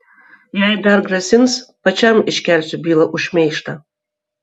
jei dar grasins pačiam iškelsiu bylą už šmeižtą